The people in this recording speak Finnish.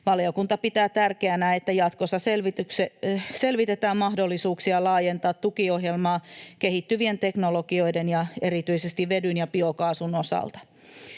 Valiokunta pitää tärkeänä, että jatkossa selvitetään mahdollisuuksia laajentaa tukiohjelmaa kehittyvien teknologioiden ja erityisesti vedyn ja biokaasun osalta.